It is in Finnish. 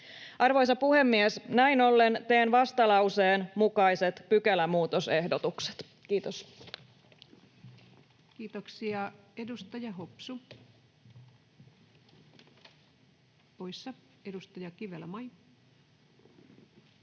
Arvoisa puhemies! Näin ollen teen vastalauseen mukaiset pykälämuutosehdotukset. — Kiitos. Kiitoksia. — Edustaja Hopsu, poissa. — Edustaja Kivelä, Mai. Arvoisa